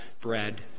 bread